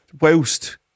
Whilst